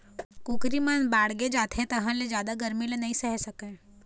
कुकरी मन बाड़गे जाथे तहाँ ले जादा गरमी ल नइ सहे सकय